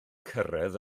cyrraedd